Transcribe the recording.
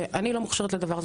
ואני לא מוכשרת לדבר הזה.